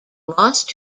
lost